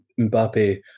Mbappe